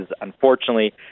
unfortunately